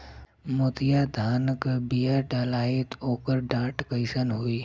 मोतिया धान क बिया डलाईत ओकर डाठ कइसन होइ?